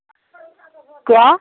क्या